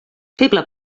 feble